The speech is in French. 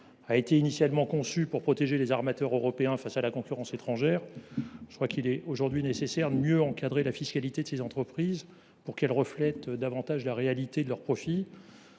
ait initialement été conçu pour protéger les armateurs européens de la concurrence étrangère, il est désormais nécessaire de mieux encadrer la fiscalité de ces entreprises, pour qu’elle reflète davantage la réalité de leurs profits.